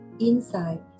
inside